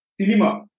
Cinema